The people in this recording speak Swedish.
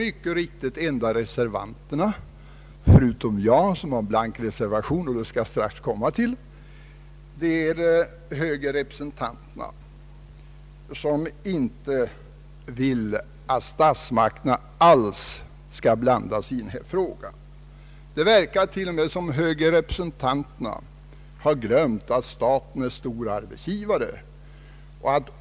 De enda som har en reservation förutom jag, som har en blank reservation — till vilken jag strax skall komma — är moderata samlingspartiets representanter, som inte vill att statsmakterna skall blanda sig i denna fråga. Det verkar t.ex. som om moderata samlingspartiets representanter har glömt att staten är en stor arbetsgivare.